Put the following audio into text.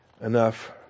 enough